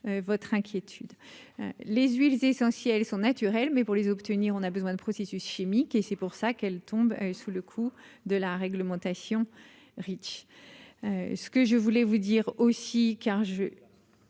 votre inquiétude Les huiles essentielles sont naturelles, mais pour les obtenir, on a besoin de processus chimiques et c'est pour ça qu'elle tombe sous le coup de la réglementation Reach, ce que je voulais vous dire aussi qu'un jeu,